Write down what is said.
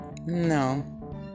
no